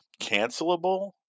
cancelable